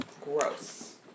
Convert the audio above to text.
gross